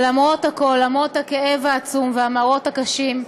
אבל למרות הכול, למרות הכאב העצום והמראות הקשים,